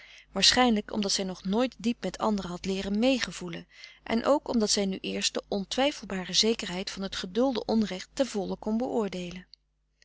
waarschijnlijk omdat zij nog nooit diep met anderen had leeren mee gevoelen en ook omdat zij nu eerst de frederik van eeden van de koele meren des doods ontwijfelbare zekerheid van het geduldde onrecht ten volle kon beoordeelen